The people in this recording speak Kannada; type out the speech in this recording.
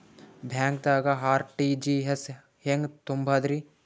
ಬ್ಯಾಂಕ್ದಾಗ ಆರ್.ಟಿ.ಜಿ.ಎಸ್ ಹೆಂಗ್ ತುಂಬಧ್ರಿ?